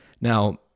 Now